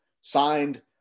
signed